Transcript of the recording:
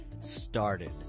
started